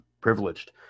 privileged